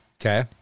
Okay